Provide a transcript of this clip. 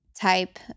type